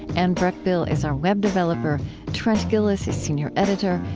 anne breckbill is our web developer trent gilliss is senior editor.